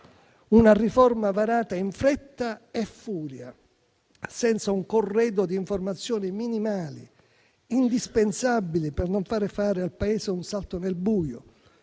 Una riforma varata in fretta e furia, senza un corredo di informazioni minimali, indispensabili per non far fare al Paese un salto nel buio,